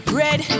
red